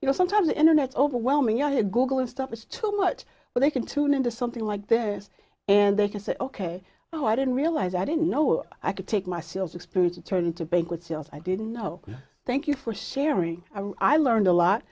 you know sometimes the internet's overwhelming united google of stuff is too much but they can tune into something like this and they can say ok oh i didn't realize i didn't know i could take my sales experience and turn to bank with sales i didn't know thank you for sharing i learned a lot